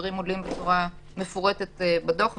הדברים עולים בצורה מפורטת בדוח.